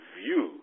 view